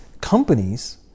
companies